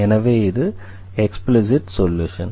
எனவே இது explicit solution